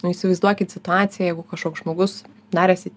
nu įsivaizduokit situaciją jeigu kažkoks žmogus darėsi